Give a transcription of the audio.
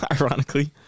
ironically